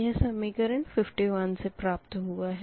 यह समीकरण 51 से प्राप्त हुआ है